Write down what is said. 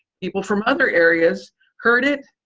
people from other areas heard it,